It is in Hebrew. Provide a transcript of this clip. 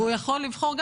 והוא יכול לבחור,